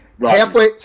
halfway